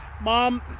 mom